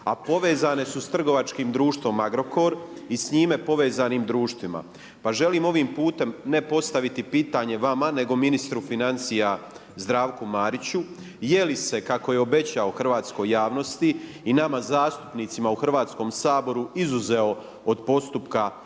a povezane su sa trgovačkim društvom Agrokor i s njime povezanim društvima. Pa želim ovim putem ne postaviti pitanje vama, nego ministru financija Zdravku Mariću je li se kako je obećao hrvatskoj javnosti i nama zastupnicima u Hrvatskom saboru izuzeo od postupka izrade